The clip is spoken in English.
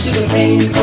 Supreme